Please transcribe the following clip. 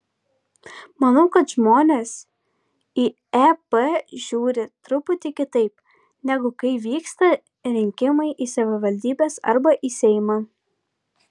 manau kad žmonės į ep žiūri truputį kitaip negu kai vyksta rinkimai į savivaldybes arba į seimą